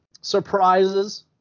surprises